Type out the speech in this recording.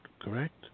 correct